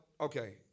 okay